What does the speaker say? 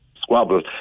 squabble